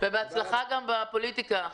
ובהצלחה גם בפוליטיקה.